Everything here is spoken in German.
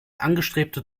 angestrebte